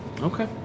okay